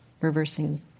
Reversing